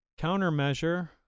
Countermeasure